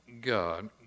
God